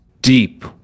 deep